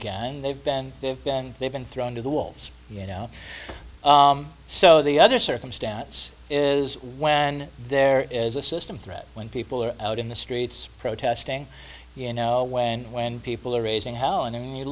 and they've been they've been they've been thrown to the wolves you know so the other circumstance is when there is a system threat when people are out in the streets protesting you know when when people are raising hell and